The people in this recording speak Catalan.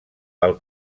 pel